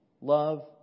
Love